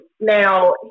Now